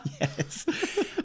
Yes